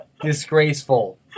Disgraceful